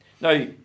Now